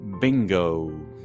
bingo